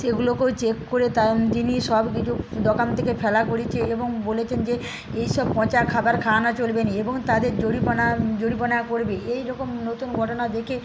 সেগুলোকেও চেক করে তা জিনিস সব কিছু দোকান থেকে ফেলা করেছে এবং বলেছেন যে এই সব পচা খাবার খাওয়ানো চলবে না এবং তাদের জরিমানা জরিমানা করবে এই রকম নতুন ঘটনা দেখে